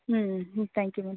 ம் ம் ம் தேங்க்யூ மேம்